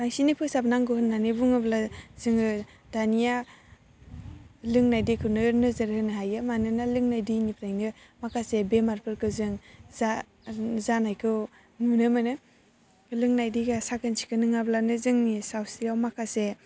बांसिनै फोसाबनांगौ होननानै बुङोब्ला जोङो दानिया लोंनाय दैखौनो नोजोर होनो हायो मानोना लोंनाय दैनिफ्रायनो माखासे बेमारफोरखौ जों जा जानायखौ नुनो मोनो लोंनाय दैया साखोन सिखोन नोङाब्लानो जोंनि सावस्रियाव माखासे